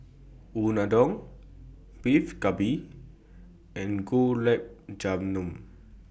Unadon Beef Galbi and Gulab Jamun